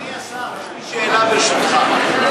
אדוני השר, יש לי שאלה, ברשותך.